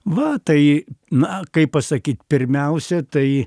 va tai na kaip pasakyt pirmiausia tai